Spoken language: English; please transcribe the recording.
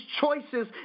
choices